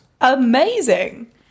amazing